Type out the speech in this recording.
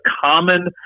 common